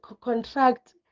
contract